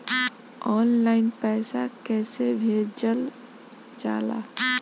Online पैसा कैसे भेजल जाला?